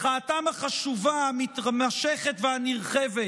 מחאתם החשובה, המתמשכת והנרחבת